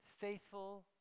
faithful